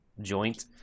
joint